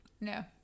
No